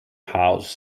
house